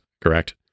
Correct